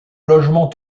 logements